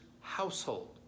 household